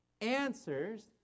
Answers